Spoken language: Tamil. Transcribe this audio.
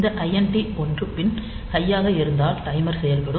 இந்த INT 1 பின் ஹைய் ஆக இருந்தால் டைமர் செயல்படும்